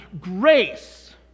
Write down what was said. grace